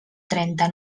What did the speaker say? trenta